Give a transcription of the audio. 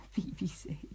BBC